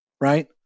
right